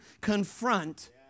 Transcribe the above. confront